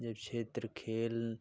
जब क्षेत्र खेल